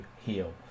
heal